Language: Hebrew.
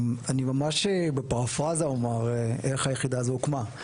אני ממש בפרפרזה אומר איך היחידה הזאת הוקמה.